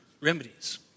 remedies